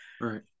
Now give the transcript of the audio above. Right